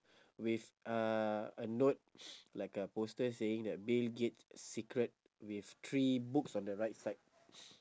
with uh a note like a poster saying that bill gates secret with three books on the right side